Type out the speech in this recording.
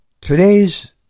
Today's